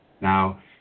Now